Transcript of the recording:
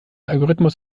algorithmus